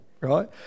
right